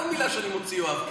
למה כל מילה שאני מוציא, יואב קיש?